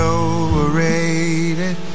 overrated